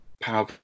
power